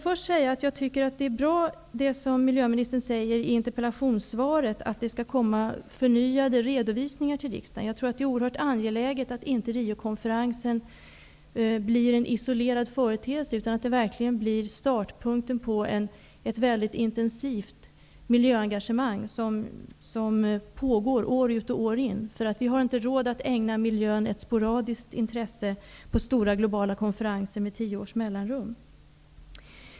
Det är bra, som miljöministern säger i interpellationssvaret, att det skall komma ytterligare redovisningar till riksdagen. Jag tror att det är oerhört angeläget att inte Riokonferensen blir en isolerad företeelse, utan att den verkligen blir startpunkten för ett mycket intensivt miljöengagemang som pågår år ut och år in. Vi har inte råd att ägna miljön ett sporadiskt intresse i form av stora globala konferenser med tio års mellanrum.